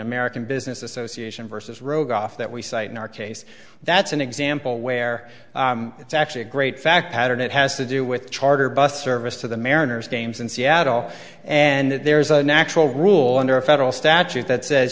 american business association versus rudolph that we cite in our case that's an example where it's actually a great fact pattern it has to do with charter bus service to the mariners games in seattle and there's a natural rule under a federal statute that says